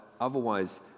otherwise